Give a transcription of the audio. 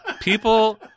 People